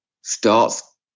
starts